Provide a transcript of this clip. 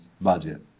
budget